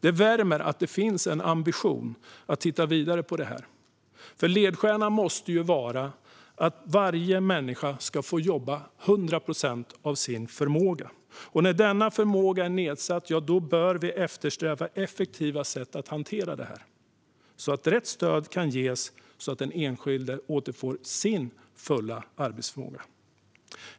Det värmer att det finns en ambition att titta vidare på det här, för ledstjärnan måste ju vara att varje människa ska få jobba 100 procent av sin förmåga. När denna förmåga är nedsatt bör vi eftersträva effektiva sätt att ge rätt stöd så att den enskilde återfår sin fulla arbetsförmåga.